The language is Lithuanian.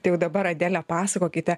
tai jau dabar adele pasakokite